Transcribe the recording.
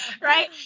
right